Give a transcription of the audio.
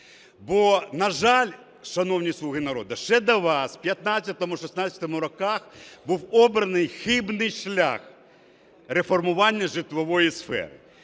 Бо, на жаль, шановні "слуги народу", ще до вас в 15-16-му роках був обраний хибний шлях реформування житлової сфери.